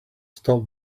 stop